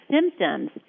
symptoms